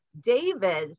David